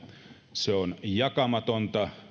se on jakamatonta